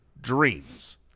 dreams